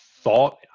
thought